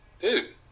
Dude